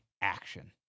action